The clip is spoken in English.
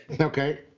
Okay